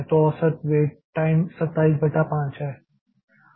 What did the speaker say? तो औसत wait time 27 बटा 5 है